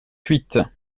huit